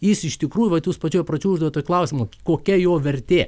jis iš tikrųjų vat jūs pradžioj uždavėte klausimą kokia jo vertė